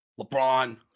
LeBron